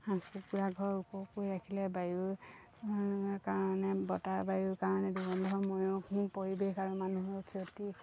হাঁহ কুকুৰা ঘৰ ওখ কৰি ৰাখিলে বায়ুৰ কাৰণে বতাহ বায়ুৰ কাৰণে দুৰ্গন্ধময় পৰিৱেশ আৰু মানুহৰ ক্ষতি